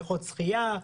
בריכות שחייה,